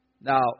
Now